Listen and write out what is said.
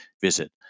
visit